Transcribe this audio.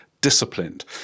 disciplined